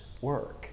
work